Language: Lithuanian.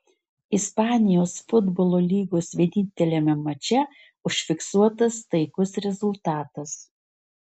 ispanijos futbolo lygos vieninteliame mače užfiksuotas taikus rezultatas